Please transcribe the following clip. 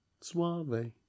Suave